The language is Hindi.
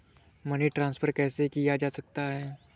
मनी ट्रांसफर कैसे किया जा सकता है?